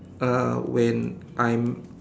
uh when I'm